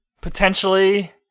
potentially